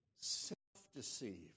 self-deceived